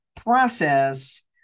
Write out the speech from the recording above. process